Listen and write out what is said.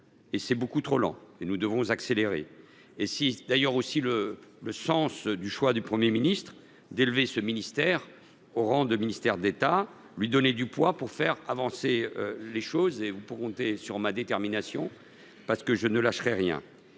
est beaucoup trop lent, nous devons accélérer. C’est d’ailleurs le sens du choix du Premier ministre d’élever ce ministère au rang de ministère d’État : il s’agit de lui donner du poids pour faire avancer les choses. Vous pouvez compter sur ma détermination ; je ne lâcherai rien